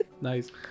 nice